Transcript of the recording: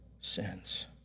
sins